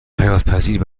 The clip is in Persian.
حیاتپذیر